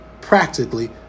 Practically